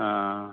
ᱦᱮᱸ